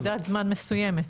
בנקודת זמן מסוימת.